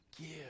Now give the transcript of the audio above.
give